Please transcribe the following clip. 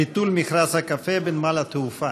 ביטול מכרז הקפה בנמל התעופה.